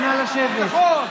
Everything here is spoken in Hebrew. תתבייש.